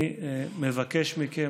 אני מבקש מכם,